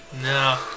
No